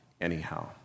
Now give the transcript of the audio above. anyhow